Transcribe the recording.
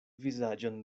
vizaĝon